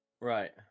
Right